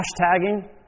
hashtagging